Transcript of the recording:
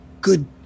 good